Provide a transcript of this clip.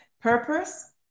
purpose